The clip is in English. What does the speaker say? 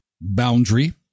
Boundary